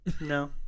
no